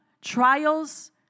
trials